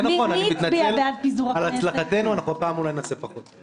אני מתנצל על הצלחתנו, הפעם אולי נעשה פחות.